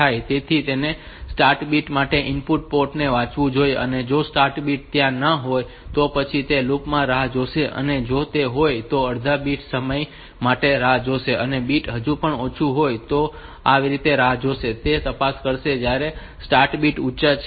તેથી તેને start bit માટે ઇનપુટ પોર્ટ ને વાંચવું જોઈએ અને જો સ્ટાર્ટ બીટ ત્યાં ન હોય તો પછી તે લૂપ માં રાહ જોશે અને જો તે હોય તો તે અડધા બીટ સમય માટે રાહ જોશે અને બીટ હજુ પણ ઓછું હોય તો તે તેની રાહ જોશે અને તે તપાસ કરશે કે ક્યારે સ્ટાર્ટ બીટ ઊંચો જાય છે